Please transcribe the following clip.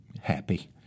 happy